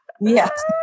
Yes